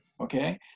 Okay